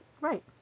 Right